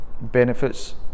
benefits